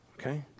okay